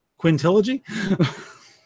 Quintilogy